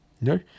No